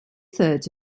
thirds